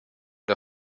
der